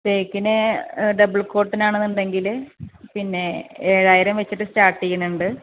തേക്കിന് double കോട്ടിനാണെന്നുണ്ടെങ്കിൽ പിന്നെ ഏഴായിരം വെച്ചിട്ട് സ്റ്റാർട്ട് ചെയ്യുന്നുണ്ട്